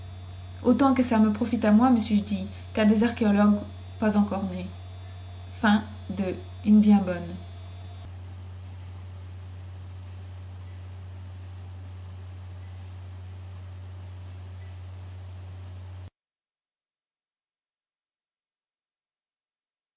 autant que ça me profite à moi me suis-je dit quà des archéologues pas encore nés